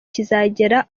kizagera